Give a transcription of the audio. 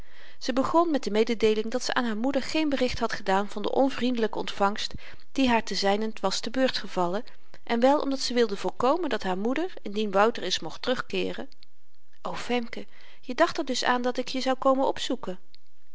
ze begon met de mededeeling dat ze aan haar moeder geen bericht had gedaan van de onvriendelyke ontvangst die haar ten zynent was te beurt gevallen en wel omdat ze wilde voorkomen dat haar moeder indien wouter eens mocht terugkeeren o femke je dacht er dus aan dat ik je zou komen opzoeken